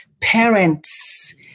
parents